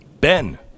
Ben